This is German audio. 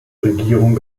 regierung